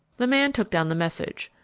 the man took down the message.